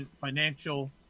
financial